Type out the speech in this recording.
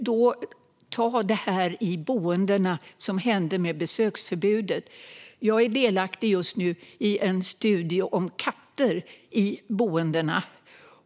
Titta på vad som hände med besöksförbudet på boendena! Jag är just nu delaktig i en studie om katter i boendena.